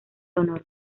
honor